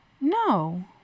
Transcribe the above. No